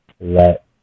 let